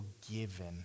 forgiven